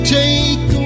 take